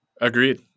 Agreed